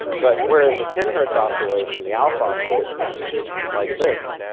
but whereas the ten hertz oscillation the alpha oscillation is like this,